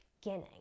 beginning